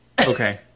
Okay